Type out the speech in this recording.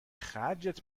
خرجت